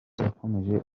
yakomeje